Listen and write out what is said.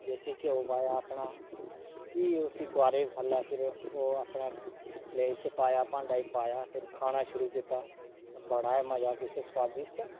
देसी घ्यो पाया अपना फ्ही उसी तुहारी'र थल्लै फेर ओह् अपना प्लेट च पाया भांडे च पाया फिर खाना शुरू कीता ते बड़ा ही मजा किश सुआदिश्ट